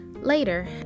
Later